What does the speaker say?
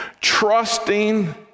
trusting